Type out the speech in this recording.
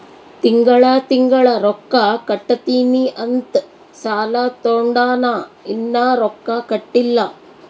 ತಿಂಗಳಾ ತಿಂಗಳಾ ರೊಕ್ಕಾ ಕಟ್ಟತ್ತಿನಿ ಅಂತ್ ಸಾಲಾ ತೊಂಡಾನ, ಇನ್ನಾ ರೊಕ್ಕಾ ಕಟ್ಟಿಲ್ಲಾ